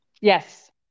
yes